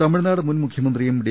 തമിഴ്നാട് മുൻ മുഖ്യമന്ത്രിയും ഡി